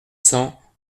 cent